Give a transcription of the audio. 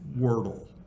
Wordle